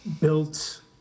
built